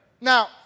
Now